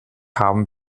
haben